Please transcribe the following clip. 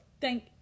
Thank